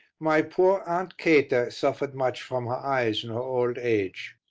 my poor aunt kathie suffered much from her eyes in her old age.